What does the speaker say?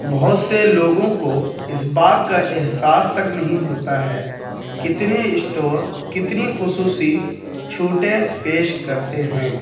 بہت سے لوگوں کو اس بات کا احساس تک نہیں ہوتا ہے کتنے اسٹور کتنی خصوصی چھوٹے پیش کرتے ہیں